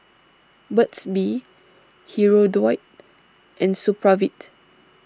Burt's Bee Hirudoid and Supravit